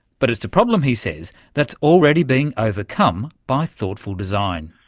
but it's a problem, he says, that's already being overcome by thoughtful design.